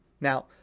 Now